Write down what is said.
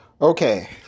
Okay